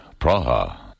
Praha